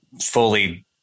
fully